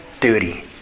duty